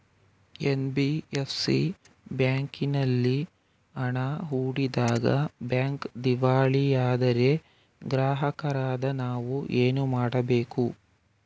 NBFC ಬ್ಯಾಂಕಿನಲ್ಲಿ ಹಣ ಹೂಡಿದಾಗ ಬ್ಯಾಂಕ್ ದಿವಾಳಿಯಾದರೆ ಗ್ರಾಹಕರಾದ ನಾವು ಏನು ಮಾಡಬೇಕು?